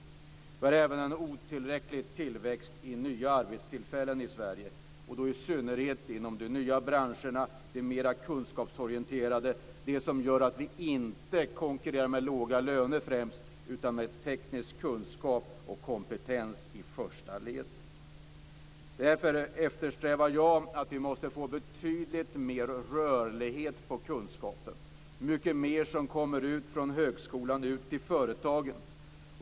Vi har även en otillräcklig tillväxt av nya arbetstillfällen i Sverige, i synnerhet inom de nya branscherna, de mera kunskapsorienterade branscherna, de branscher som gör att vi inte konkurrerar främst med låga löner utan med teknisk kunskap och kompetens i första ledet. Därför eftersträvar jag en betydligt större rörlighet på kunskapen. Det måste komma mycket mer från högskolan ut till företagen.